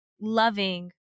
loving